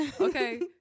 Okay